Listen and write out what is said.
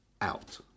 out